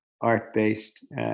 art-based